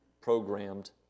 programmed